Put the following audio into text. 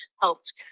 helped